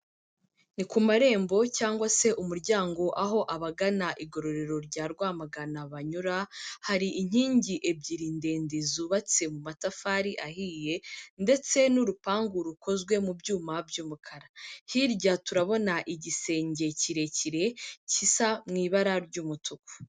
Ni ku marembo cyangwa se umuryango aho abagana igororero rya Rwamagana banyura, hari inkingi ebyiri ndende zubatse mu matafari ahiye ndetse n'urupangu rukozwe mu byuma by'umukara, hirya turabona igisenge kirekire kisa mu ibara ry'umutuku.